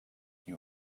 you